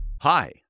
Hi